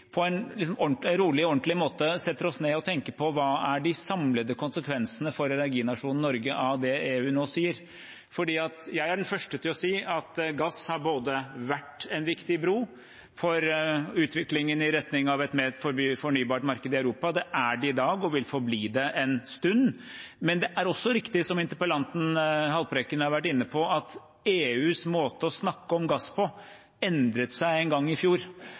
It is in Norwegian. på en rolig og ordentlig måte setter oss ned og tenker på hva som er de samlede konsekvensene for energinasjonen Norge av det EU nå sier. Jeg er den første til å si at gass har vært en viktig bro for utviklingen i retning av et mer fornybart marked i Europa. Det er det i dag, og det vil det forbli en stund. Men det er også riktig, som interpellanten Haltbrekken har vært inne på, at EUs måte å snakke om gass på endret seg en gang i fjor,